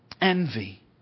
envy